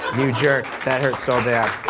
you jerk, that hurt so bad.